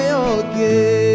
again